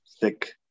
thick